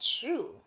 true